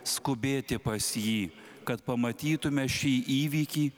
skubėti pas jį kad pamatytume šį įvykį